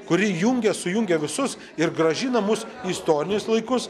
kuri jungia sujungia visus ir grąžina mus į istorinius laikus